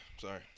Sorry